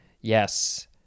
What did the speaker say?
Yes